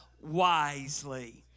wisely